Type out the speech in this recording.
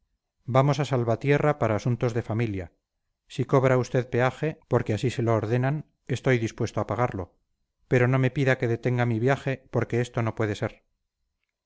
vamos a salvatierra para asuntos de familia si cobra usted peaje porque así se lo ordenan estoy dispuesto a pagarlo pero no me pida que detenga mi viaje porque esto no puede ser